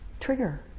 trigger